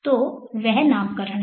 तो वह नामकरण है